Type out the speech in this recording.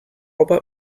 about